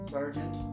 Sergeant